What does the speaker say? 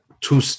two